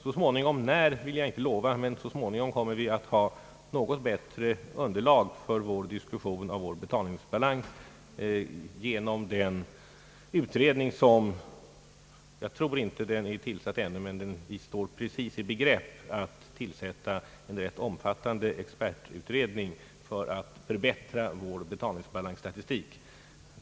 Så småningom — när det sker vill jag inte ge något löfte om — kommer vi att ha ett något bättre underlag för vår diskussion om betalningsbalansen genom den omfattande expertutredning som vi står i begrepp att tillsätta för att förbättra statistiken när det gäller vår betalningsbalans.